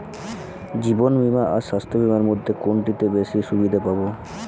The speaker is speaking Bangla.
জীবন বীমা আর স্বাস্থ্য বীমার মধ্যে কোনটিতে বেশী সুবিধে পাব?